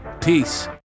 Peace